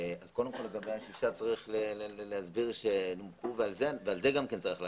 אז לגבי השישה צריך להסביר - ועל זה צריך לאשר.